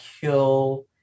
kill